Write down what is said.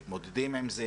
מתמודדים עם זה,